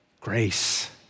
Grace